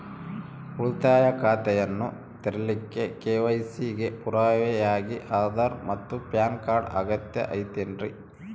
ಉಳಿತಾಯ ಖಾತೆಯನ್ನ ತೆರಿಲಿಕ್ಕೆ ಕೆ.ವೈ.ಸಿ ಗೆ ಪುರಾವೆಯಾಗಿ ಆಧಾರ್ ಮತ್ತು ಪ್ಯಾನ್ ಕಾರ್ಡ್ ಅಗತ್ಯ ಐತೇನ್ರಿ?